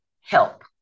help